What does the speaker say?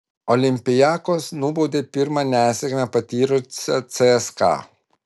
olympiakos nubaudė pirmą nesėkmę patyrusią cska